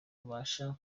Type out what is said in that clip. abasha